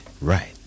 right